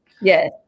Yes